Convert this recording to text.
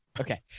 Okay